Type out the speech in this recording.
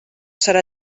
serà